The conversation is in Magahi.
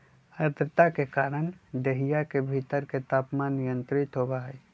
आद्रता के कारण देहिया के भीतर के तापमान नियंत्रित होबा हई